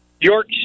York